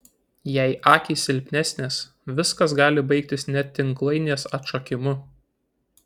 jei akys silpnesnės viskas gali baigtis net tinklainės atšokimu